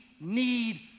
need